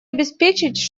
обеспечить